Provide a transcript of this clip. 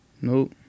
Nope